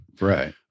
Right